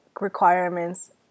requirements